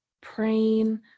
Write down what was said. praying